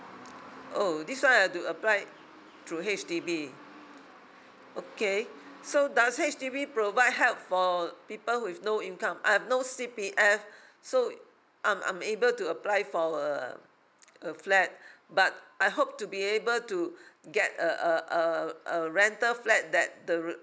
oh this one I have to apply through H_D_B okay so does H_D_B provide help for people with no income I have no C P F so I'm unable to apply for uh a flat but I hope to be able to get a a a a rental flat that the